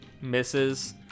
Misses